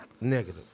negative